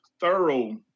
thorough